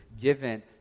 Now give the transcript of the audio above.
given